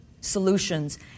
solutions